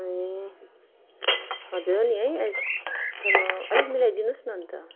ए हजुर हो नि है तर अलिक मिलाइदिनु होस् न अन्त